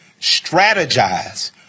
strategize